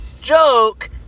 joke